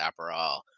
Aperol